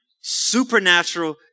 supernatural